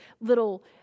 little